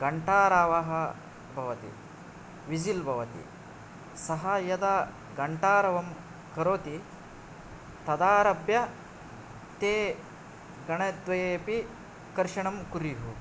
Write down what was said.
घण्टारावः भवति विसिल् भवति सः यदा घण्टारवं करोति तदारभ्य ते गणद्वये अपि कर्षणं कुर्युः